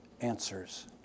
answers